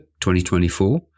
2024